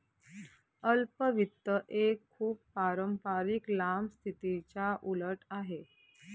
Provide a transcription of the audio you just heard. अल्प वित्त एक खूप पारंपारिक लांब स्थितीच्या उलट आहे